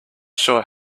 sure